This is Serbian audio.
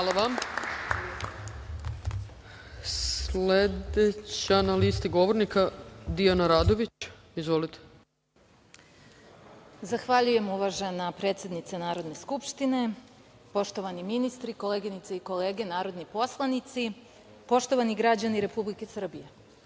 Hvala vam. Sledeća na listi govornika, Dijana Radović. **Dijana Radović** Zahvaljujem, uvažena predsednice Narodne skupštine. Poštovani ministri, koleginice i kolege narodni poslanici, poštovani građani Republike Srbije,